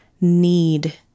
need